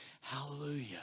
Hallelujah